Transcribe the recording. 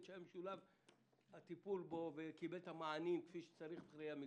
שהיה משולב קיבל את הטיפול ואת המענים כפי שצריך מבחינה מקצועית.